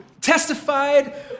testified